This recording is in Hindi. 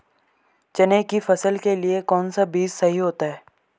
चने की फसल के लिए कौनसा बीज सही होता है?